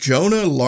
Jonah